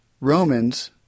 Romans